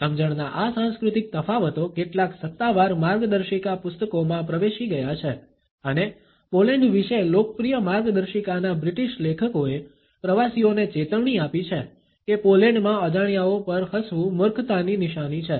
સમજણના આ સાંસ્કૃતિક તફાવતો કેટલાક સત્તાવાર માર્ગદર્શિકા પુસ્તકોમાં પ્રવેશી ગયા છે અને પોલેન્ડ વિશે લોકપ્રિય માર્ગદર્શિકાના બ્રિટિશ લેખકોએ પ્રવાસીઓને ચેતવણી આપી છે કે પોલેન્ડમાં અજાણ્યાઓ પર હસવું મૂર્ખતાની નિશાની છે